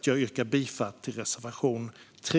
Jag yrkar bifall till reservation 3.